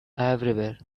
everywhere